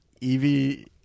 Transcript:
Evie